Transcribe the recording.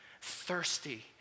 thirsty